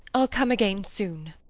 i'll come again soon.